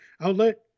outlet